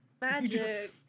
Magic